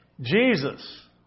Jesus